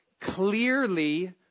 clearly